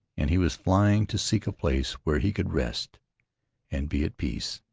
and he was flying to seek a place where he could rest and be at peace.